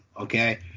Okay